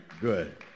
good